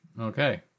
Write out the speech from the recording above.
Okay